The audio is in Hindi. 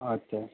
अच्छा